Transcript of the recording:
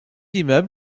immeubles